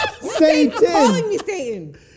Satan